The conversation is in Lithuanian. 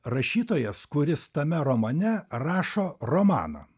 rašytojas kuris tame romane rašo romaną